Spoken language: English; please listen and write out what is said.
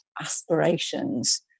aspirations